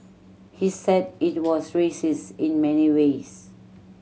he said it was racist in many ways